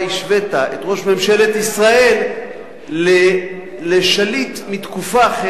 שבהם השווית את ראש ממשלת ישראל לשליט מתקופה אחרת.